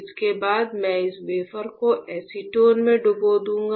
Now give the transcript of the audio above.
इसके बाद मैं इस वेफर को एसीटोन में डुबो दूंगा